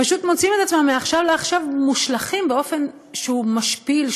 פשוט מוצאים את עצמם מעכשיו לעכשיו מושלכים באופן שהוא משפיל,